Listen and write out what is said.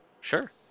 sure